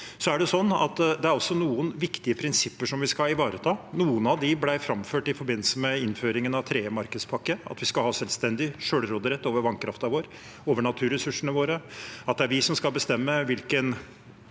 Det er også noen viktige prinsipper vi skal ivareta. Noen av dem ble framført i forbindelse med innføringen av tredje energimarkedspakke – at vi skal ha selvstendig selvråderett over vannkraften vår, over naturressursene våre, at det er vi som skal bestemme hvilken